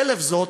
חלף זאת,